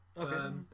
Okay